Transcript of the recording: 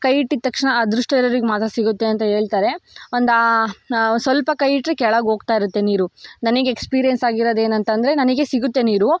ಕೈ ಇಟ್ಟಿದ ತಕ್ಷಣ ಅದೃಷ್ಟ ಇರೋರಿಗೆ ಮಾತ್ರ ಸಿಗುತ್ತೆ ಅಂತ ಹೇಳ್ತಾರೆ ಒಂದು ಸ್ವಲ್ಪ ಕೈ ಇಟ್ಟರೆ ಕೆಳಗೆ ಹೋಗ್ತಾ ಇರುತ್ತೆ ನೀರು ನನಗೆ ಎಕ್ಸ್ಪೀರಿಯನ್ಸ್ ಆಗಿರೋದು ಏನಂತಂದರೆ ನನಗೆ ಸಿಗುತ್ತೆ ನೀರು